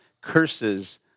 curses